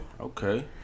Okay